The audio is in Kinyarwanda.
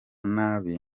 nabi